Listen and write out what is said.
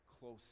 close